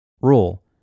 rule